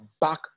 back